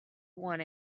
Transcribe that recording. want